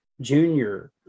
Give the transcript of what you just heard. Junior